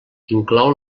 inclou